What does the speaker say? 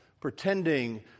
pretending